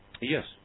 Yes